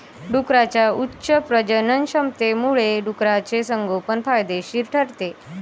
डुकरांच्या उच्च प्रजननक्षमतेमुळे डुकराचे संगोपन फायदेशीर ठरते